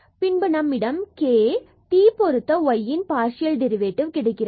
பின்பு நம்மிடம் k t பொருத்த y இன் டெரிவேட்டிவ் கிடைக்கிறது